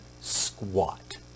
squat